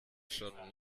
schon